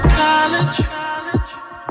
college